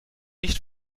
nicht